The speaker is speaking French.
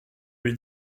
lui